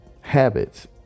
habits